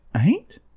Eight